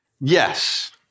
Yes